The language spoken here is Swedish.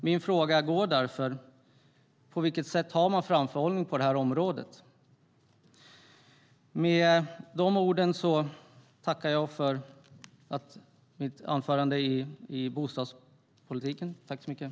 Därför är min fråga: På vilket sätt har man framförhållning på det här området?